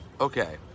Okay